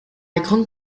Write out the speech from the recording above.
grande